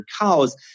cows